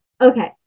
okay